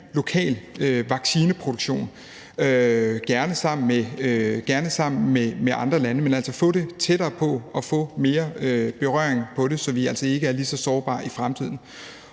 lokal vaccineproduktion, gerne sammen med andre lande – at få det tættere på og få mere berøring med det, så vi altså ikke er lige så sårbare i fremtiden.